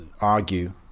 argue